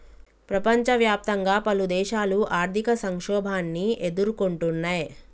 ప్రపంచవ్యాప్తంగా పలుదేశాలు ఆర్థిక సంక్షోభాన్ని ఎదుర్కొంటున్నయ్